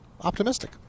optimistic